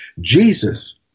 Jesus